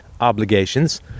obligations